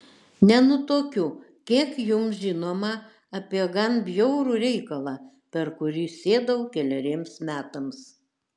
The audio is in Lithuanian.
nenutuokiu kiek jums žinoma apie gan bjaurų reikalą per kurį sėdau keleriems metams